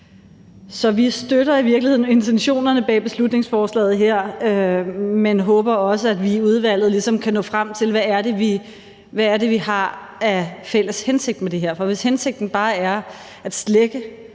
Så vi støtter i virkeligheden intentionerne bag beslutningsforslaget her, men håber også, at vi i udvalget ligesom kan nå frem til, hvad det er, vi har af fælles hensigt med det her. For hvis hensigten bare er at slække